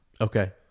Okay